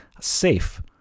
safe